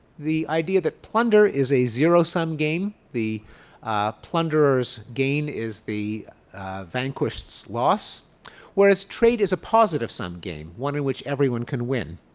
the idea that plunder is a zero sum game. the plunderer's gain is the vanquished's loss whereas trade is a positive sum game one in which everyone can win.